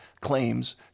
claims